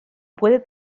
puede